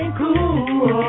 cool